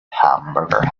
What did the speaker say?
hamburger